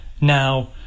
Now